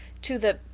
to the.